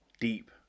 deep